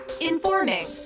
Informing